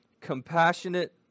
...compassionate